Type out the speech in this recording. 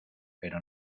pero